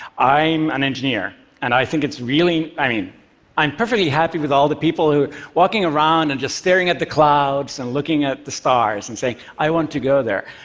i'm an engineer. and i think it's really i mean i'm perfectly happy with all the people who walking around and just staring at the clouds and looking at the stars and saying, i want to go there.